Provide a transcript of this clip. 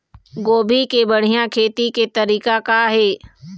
गोभी के बढ़िया खेती के तरीका का हे?